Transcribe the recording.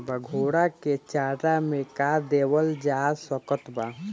घोड़ा के चारा मे का देवल जा सकत बा?